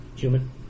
Human